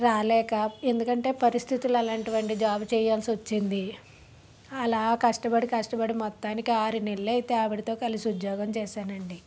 రాలేక ఎందుకంటే పరిస్థితులు అలాంటివి అండి జాబు చేయాల్సి వచ్చింది అలా కష్టపడి కష్టపడి మొత్తానికి ఆరు నెలలైతే ఆవిడతో కలిసి ఉద్యోగం చేసాను అండి